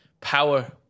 power